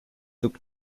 tuk